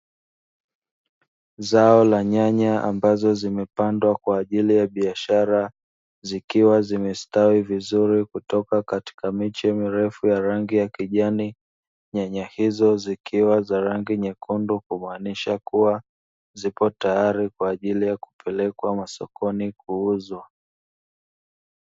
Zao la nyanya ambazo zimepandwa kwa ajili ya biashara zikiwa zimestawi vizuri kutoka katika miche mirefu ya rangi ya kijani, nyanya hizo zikiwa za rangi nyekundu kumaanisha zipo teyari kwa ajili ya kupelekwa masokoni kwa ajili ya kuuzwa.